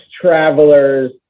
travelers